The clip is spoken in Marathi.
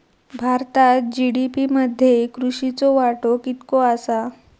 भारतात जी.डी.पी मध्ये कृषीचो वाटो कितको आसा?